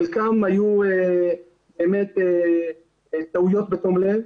חלקם היו באמת טעויות בתום לב,